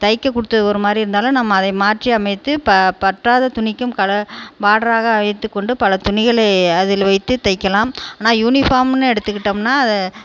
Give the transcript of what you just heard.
தைக்க கொடுத்தது ஒரு மாதிரி இருந்தாலும் நம்ம அதை மாற்றி அமைத்து ப பற்றாத துணிக்கும் பார்டராக வைத்துக்கொண்டு பல துணிகளை அதில் வைத்து தைக்கலாம் ஆனால் யூனிபார்ம்னு எடுத்துகிட்டோம்னா அதை